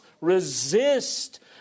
resist